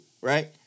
right